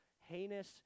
heinous